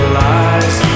lies